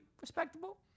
Respectable